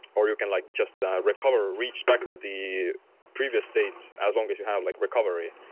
or you can like just recover reach back to the previous state as long as you have like recovery.